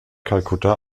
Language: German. kalkutta